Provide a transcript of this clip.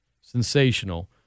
sensational